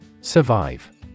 Survive